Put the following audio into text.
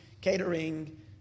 catering